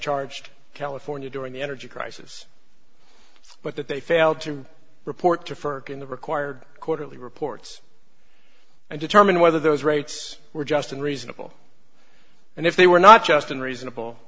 charged california during the energy crisis but that they failed to report to ferkin the required quarterly reports and determine whether those rates were just and reasonable and if they were not just unreasonable